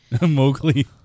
Mowgli